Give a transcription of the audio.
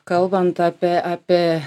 kalbant apie apie